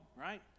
right